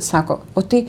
sako o tai